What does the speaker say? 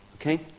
Okay